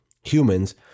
humans